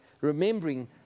remembering